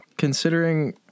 Considering